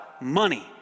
money